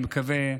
אני מקווה,